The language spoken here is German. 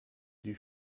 die